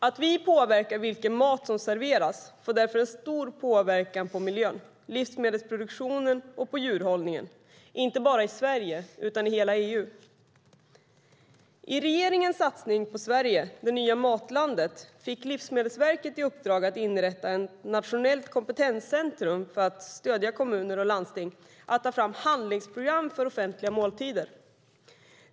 Att vi påverkar vilken mat som serveras får därför en stor påverkan på miljön, livsmedelsproduktionen och djurhållningen, inte bara i Sverige utan i hela EU. I regeringens satsning på "Sverige - det nya matlandet" fick Livsmedelsverket i uppdrag att inrätta ett nationellt kompetenscentrum för att stödja kommuner och landsting att ta fram handlingsprogram för offentliga måltider.